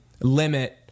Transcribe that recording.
limit